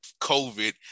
COVID